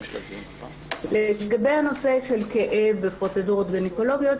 לגבי הנושא של כאב בפרוצדורת גניקולוגיות,